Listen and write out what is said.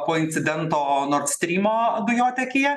po incidento nordstrymo dujotiekyje